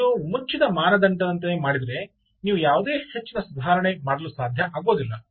ನೀವು ಮುಚ್ಚಿದ ಮಾನದಂಡದಂತೆ ಮಾಡಿದರೆ ನೀವು ಯಾವುದೇ ಹೆಚ್ಚಿನ ಸುಧಾರಣೆ ಮಾಡಲು ಸಾಧ್ಯ ಆಗುವುದಿಲ್ಲ